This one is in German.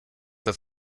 das